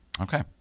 Okay